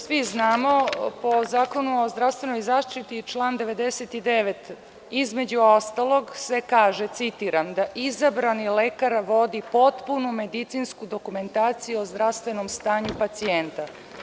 Svi znamo po Zakonu o zdravstvenoj zaštiti, član 99. između ostalog se kaže, citiram – da izabrani lekar vodi potpunu medicinsku dokumentaciju o zdravstvenom stanju pacijenta.